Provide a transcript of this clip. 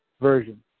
version